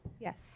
Yes